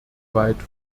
weit